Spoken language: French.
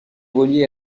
reliée